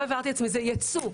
זה יצוא.